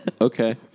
Okay